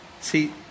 See